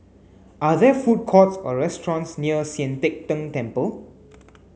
are there food courts or restaurants near Sian Teck Tng Temple